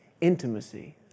Intimacy